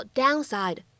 downside